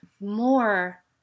more